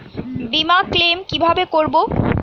বিমা ক্লেম কিভাবে করব?